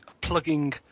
plugging